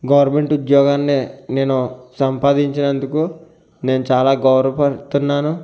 government ఉద్యోగాన్నే నేను సంపాదించినందుకు నేను చాలా గౌరవపడుతున్నాను